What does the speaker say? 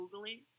Googling